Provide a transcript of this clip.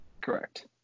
Correct